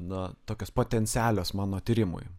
na tokios potencialios mano tyrimui